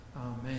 Amen